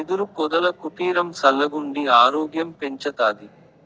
యెదురు పొదల కుటీరం సల్లగుండి ఆరోగ్యం పెంచతాది